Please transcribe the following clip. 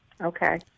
Okay